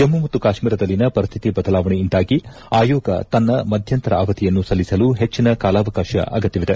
ಜಮ್ನು ಮತ್ತು ಕಾಶ್ವೀರದಲ್ಲಿನ ಪರಿಸ್ಥಿತಿ ಬದಲಾವಣೆಯಿಂದಾಗಿ ಆಯೋಗ ತನ್ನ ಮಧ್ಯಂತರ ಅವಧಿಯನ್ನು ಸಲ್ಲಿಸಲು ಹೆಚ್ಚಿನ ಕಾಲಾವಕಾಶದ ಅಗತ್ಯವಿದೆ